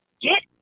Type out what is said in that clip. get